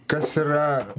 kas yra